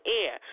air